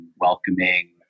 welcoming